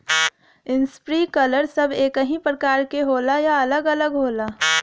Sprinkler सब एकही प्रकार के होला या अलग अलग होला?